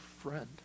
friend